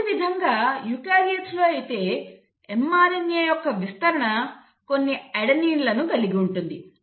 అదేవిధంగా యూకారియోట్ల లలో అయితే mRNA యొక్క విస్తరణ కొన్ని అడెనీన్ లను కలిగి ఉంటుంది